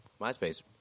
MySpace